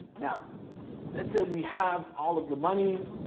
now let's say we have all of the money,